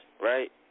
right